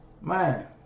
man